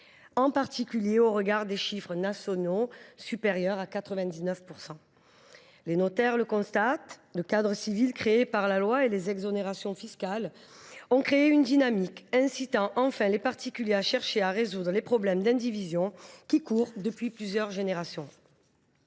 en particulier au regard du même taux à l’échelon national, supérieur à 99 %. Les notaires le constatent, le cadre civil posé par la loi et les exonérations fiscales ont créé une dynamique incitant enfin les particuliers à chercher à résoudre les problèmes d’indivision qui courent depuis plusieurs générations.